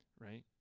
right